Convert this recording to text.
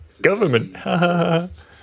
Government